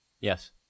yes